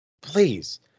Please